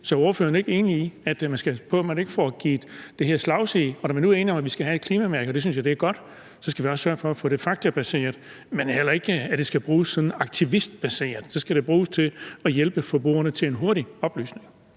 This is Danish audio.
i, at man skal passe på, at man ikke får givet det her slagside, og at vi, når vi nu er enige om, at vi skal have et klimamærke – og det synes jeg er godt – så også skal sørge for at få det faktabaseret, men at det heller ikke skal bruges sådan aktivistbaseret? Men så skal det bruges til at hjælpe forbrugerne til en hurtig oplysning.